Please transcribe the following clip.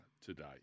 today